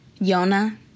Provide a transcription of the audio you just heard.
Yona